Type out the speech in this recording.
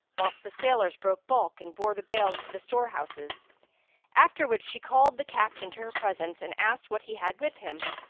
whilst the sailors broke bulk and bore the bales to the storehouses after which she called the captain to her presence and asked what he had with him.